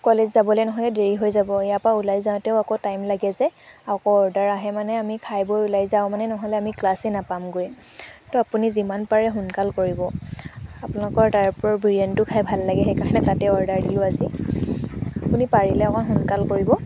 college যাবলৈ নহ'লে দেৰি হৈ যাব ইয়াৰ পৰা ওলাই যাওঁতেও আকৌ টাইম লাগে যে আকৌ অৰ্ডাৰ আহে মানে আমি খাই বৈ ওলাই যাওঁ মানে নহ'লে আমি ক্লাছেই নাপামগৈ ত' আপুনি যিমান পাৰে সোনকাল কৰিব আপোনালোকৰ তাৰপৰা বিৰিয়ানীটো খাই ভাল লাগে সেইকাৰণে তাতে অৰ্ডাৰ দিলোঁ আজি আপুনি পাৰিলে অকণ সোনকাল কৰিব